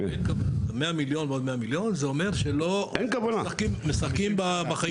100 מיליון ועוד 100 מיליון זה אומר שמשחקים בחיים.